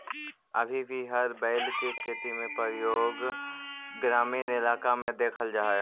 अभी भी हर बैल के खेती में प्रयोग ग्रामीण इलाक में देखल जा हई